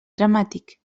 dramàtic